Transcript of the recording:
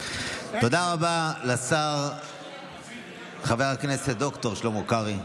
תודה רבה לשר חבר הכנסת ד"ר שלמה קרעי,